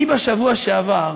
אני בשבוע שעבר